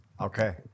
Okay